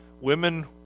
Women